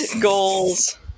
Goals